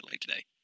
today